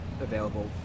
available